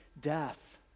death